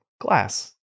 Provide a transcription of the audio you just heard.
glass